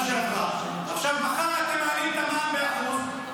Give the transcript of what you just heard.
שעברה: מחר אתם מעלים את המע"מ ב-1%,